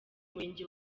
murenge